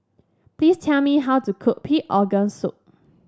please tell me how to cook Pig Organ Soup